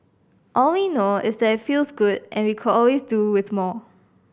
all we know is that it feels good and we could always do with more